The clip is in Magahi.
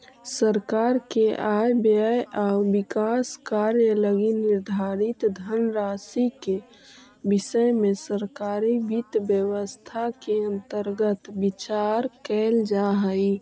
सरकार के आय व्यय आउ विकास कार्य लगी निर्धारित धनराशि के विषय में सरकारी वित्त व्यवस्था के अंतर्गत विचार कैल जा हइ